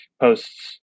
posts